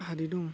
हारि दं